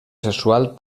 sexual